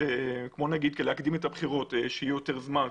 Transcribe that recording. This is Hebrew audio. כמו נגיד להקדים את הבחירות כך שיהיה יותר זמן,